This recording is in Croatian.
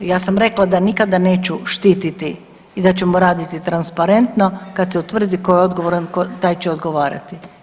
Ja sam rekla da nikada neću štititi i da ćemo raditi transparentno, kad se utvrdi tko je odgovoran, taj će odgovarati.